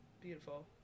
Beautiful